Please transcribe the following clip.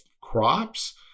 crops